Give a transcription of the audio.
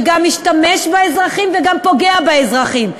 שגם משתמש באזרחים וגם פוגע באזרחים,